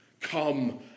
Come